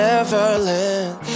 Neverland